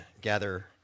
gather